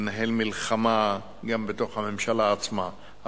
לנהל מלחמה גם בתוך הממשלה עצמה,